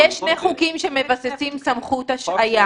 יש שני חוקים שמבססים סמכות השעיה.